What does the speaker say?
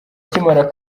akimara